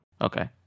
Okay